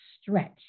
stretch